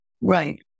Right